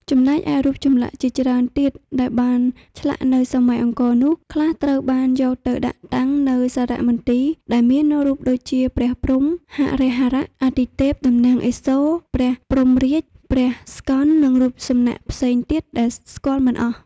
ចំណែកឯរូបចម្លាក់ជាច្រើនទៀតដែលបានឆ្លាក់នៅសម័យអង្គរនោះខ្លះត្រូវបានយកទៅដាក់តាំងនៅសារៈមន្ទីរដែលមានរូបដូចជា ព្រះព្រហ្ម ហរិហរៈអាទិទេពតំណាងឥសូរ ព្រះព្រហ្មរាជ្យ ព្រះស្កន្ទនិងរូបសំណាក់ផ្សេងទៀតដែលស្គាល់មិនអស់។